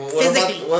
physically